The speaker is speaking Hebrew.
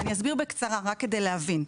ואסביר בקצרה רק כדי להבין.